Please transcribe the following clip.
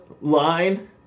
line